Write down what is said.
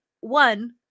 one